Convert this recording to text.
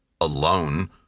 alone